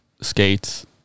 skates